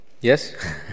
Yes